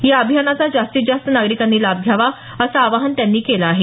या अभियानाचा जास्तीत जास्त नागरिकांनी लाभ घ्यावा असं आवाहन धर्माधिकारी यांनी केलं आहे